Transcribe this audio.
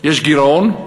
יש גירעון,